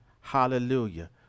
Hallelujah